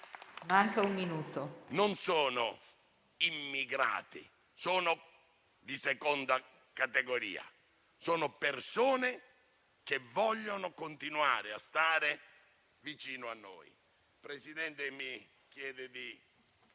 Non sono immigrati di seconda categoria, ma persone che vogliono continuare a stare vicino a noi.